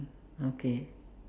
okay